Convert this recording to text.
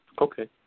Okay